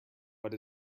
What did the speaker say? but